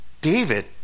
David